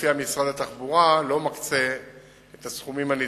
שלפיה משרד התחבורה לא מקצה את הסכומים הנדרשים.